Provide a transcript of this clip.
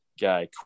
Guy